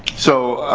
so,